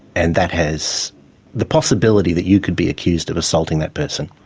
and that has the possibility that you could be accused of assaulting that person.